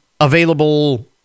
available